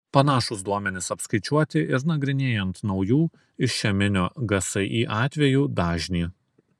panašūs duomenys apskaičiuoti ir nagrinėjant naujų išeminio gsi atvejų dažnį